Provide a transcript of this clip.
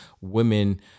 women